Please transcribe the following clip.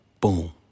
Boom